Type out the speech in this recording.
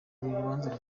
rubanza